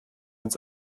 ins